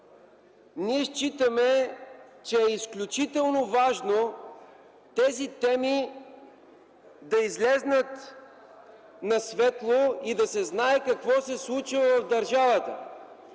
ние считаме, че е изключително важно тези теми да излязат на светло и да се знае какво се е случвало в държавата.